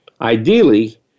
Ideally